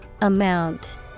Amount